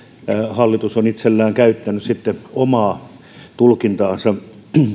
hallitus on itsekseen käyttänyt sitten omaa tulkintaansa